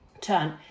turn